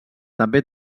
també